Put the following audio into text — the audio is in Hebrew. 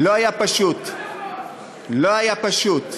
לא היה פשוט, לא היה פשוט,